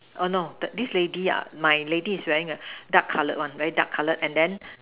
oh no this lady ah my lady is wearing a dark colored one very dark colored and then